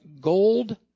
gold